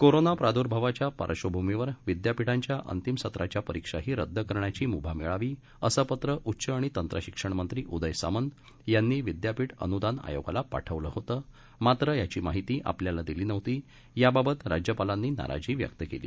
corona प्रादुर्भावाच्या पार्श्वभूमीवर विद्यापीठांच्या अंतिम सत्राच्या परीक्षाही रद्द करण्याची मुभा मिळावी असं पत्र उच्च आणि तंत्र शिक्षण मंत्री उदय सामंत यांनी विद्यापीठ अनुदान आयोगाला पाठवलं होतं मात्र याची माहीती आपल्याला दिली नव्हती याबाबत राज्यपालांनी नाराजी व्यक्त केली